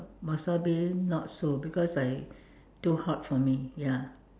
wasabi not so because like too hot for me ya